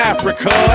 Africa